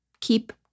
keep